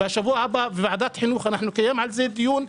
ושבוע הבא בוועדת החינוך נקיים על זה דיון,